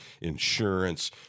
insurance